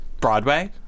Broadway